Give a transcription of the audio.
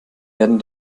werden